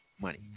money